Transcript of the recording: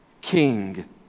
king